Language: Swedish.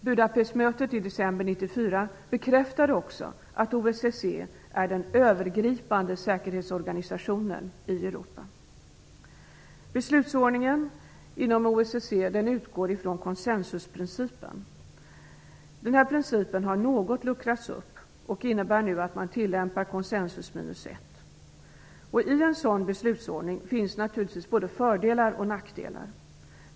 Budapestmötet i december 1994 bekräftade också att OSSE är den övergripande säkerhetsorganisationen i Europa. Beslutsordningen inom OSSE utgår från konsensusprincipen. Denna princip har luckrats upp något och innebär nu att man tillämpar konsensus minus 1. I en sådan beslutsordning finns det naturligtvis både fördelar och nackdelar.